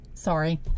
Sorry